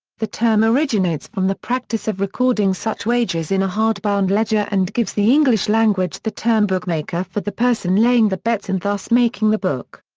the term originates from the practice of recording such wagers in a hard-bound ledger and gives the english language the term bookmaker for the person laying the bets and thus making the book.